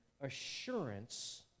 assurance